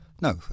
No